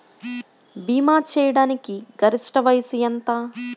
భీమా చేయాటానికి గరిష్ట వయస్సు ఎంత?